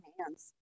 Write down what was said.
hands